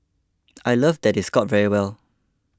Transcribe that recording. I love that they scored very well